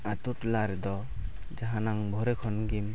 ᱟᱛᱳᱼᱴᱚᱞᱟ ᱨᱮᱫᱚ ᱡᱟᱦᱟᱱᱟᱜ ᱵᱷᱳᱨᱮ ᱠᱷᱚᱱ ᱜᱮᱢ